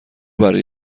برای